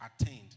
attained